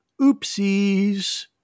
oopsies